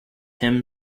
him